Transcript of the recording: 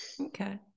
Okay